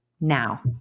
now